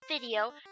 video